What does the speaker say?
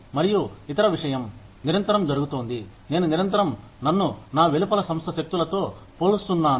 మరియు ఇతర విషయం నిరంతరం జరుగుతోంది నేను నిరంతరం నన్ను నా వెలుపల సంస్థ శక్తులతో పోలుస్తున్నాను